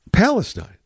Palestine